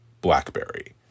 BlackBerry